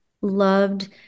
loved